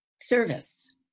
service